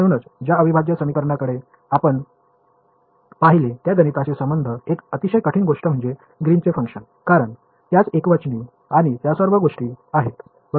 म्हणूनच ज्या अविभाज्य समीकरणांकडे आपण पाहिले त्या गणिताशी संबंधित एक अतिशय कठीण गोष्ट म्हणजे ग्रीनचे फंक्शन कारण त्यात एकवचनी आणि त्या सर्व गोष्टी आहेत बरोबर